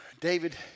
David